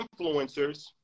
influencers